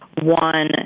one